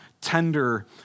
tender